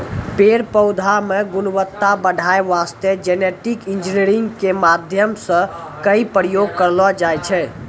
पेड़ पौधा मॅ गुणवत्ता बढ़ाय वास्तॅ जेनेटिक इंजीनियरिंग के माध्यम सॅ कई प्रयोग करलो जाय छै